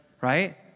Right